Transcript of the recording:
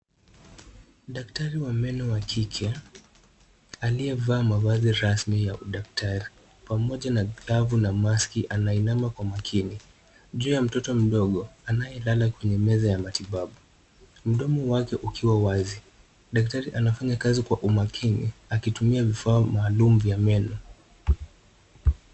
Daktari wa meno wa kike aliyevaa mavazi rasmi ya udaktari pamoja na glavu na maski anainama kwa makini juu ya mtoto mdogo anayelala kwenye meza ya matibabu, mdomo wake ukiwa wazi. Daktari anafanya kazi kwa umakini akitumia vifaa maalum vya meno.